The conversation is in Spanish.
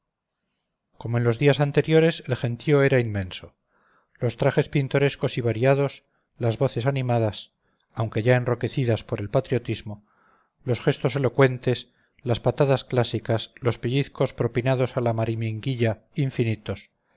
como en los días anteriores el gentío era inmenso los trajes pintorescos y variados las voces animadas aunque ya enronquecidas por el patriotismo los gestos elocuentes las patadas clásicas los pellizcos propinados a mariminguilla infinitos